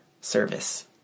service